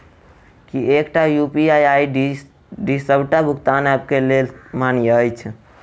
की एकटा UPI ID D सबटा भुगतान ऐप केँ लेल मान्य अछि?